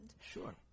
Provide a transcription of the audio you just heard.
Sure